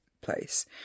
place